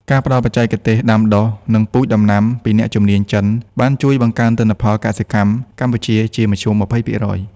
ការផ្ដល់បច្ចេកទេសដាំដុះ និងពូជដំណាំពីអ្នកជំនាញចិន បានជួយបង្កើនទិន្នផលកសិកម្មកម្ពុជាជាមធ្យម ២០%។